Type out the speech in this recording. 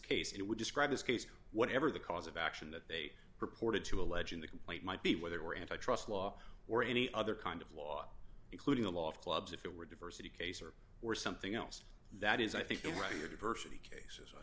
case it would describe this case whatever the cause of action that they purported to allege in the complaint might be where they were antitrust law or any other kind of law including the law of clubs if it were diversity case or or something else that is i think the right to diversity case i